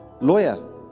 lawyer